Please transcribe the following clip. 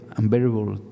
unbearable